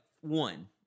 one